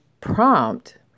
prompt